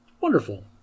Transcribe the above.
Wonderful